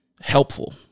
helpful